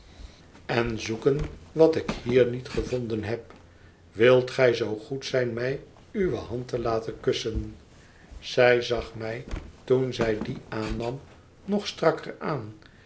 en zoeken wat ik hier niet gevonden heb wilt gij zoo goed zijn mij uwe hand te laten kussen zij zag mij toen zij die aannam nog strakker aan